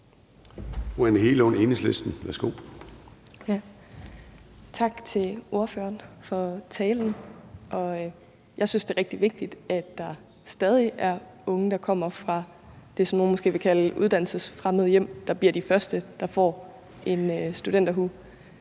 Anne Hegelund (EL): Tak til ordføreren for talen. Jeg synes, det er rigtig vigtigt, at der stadig er unge, der kommer fra det, som nogle måske vil kalde uddannelsesfremmede hjem, og som bliver de første, der får en studenterhue.